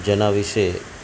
જેના વિશે